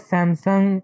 Samsung